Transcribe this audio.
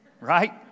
right